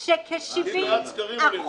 את מקריאה לנו סקרים?